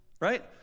right